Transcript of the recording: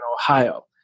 Ohio